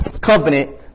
covenant